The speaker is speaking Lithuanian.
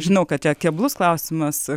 žinau kad čia keblus klausimas